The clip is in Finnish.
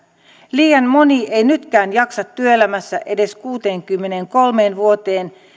liian moni ei nytkään jaksa työelämässä edes kuuteenkymmeneenkolmeen vuoteen